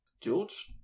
George